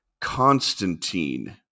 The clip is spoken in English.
Constantine